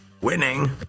Winning